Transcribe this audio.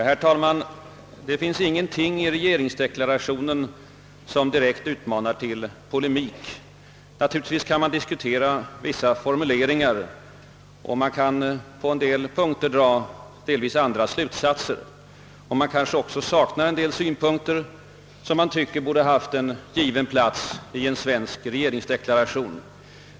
Herr talman! Det finns ingenting i regeringsdeklarationen som direkt utmanar till polemik. Naturligtvis kan man diskutera vissa formuleringar, och man kan på en del punkter dra delvis andra slutsatser, och man kanske också saknar en del synpunkter, som man tycker borde ha haft en given plats i en svensk regeringsdeklaration.